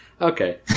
Okay